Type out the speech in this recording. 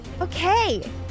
Okay